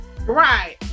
Right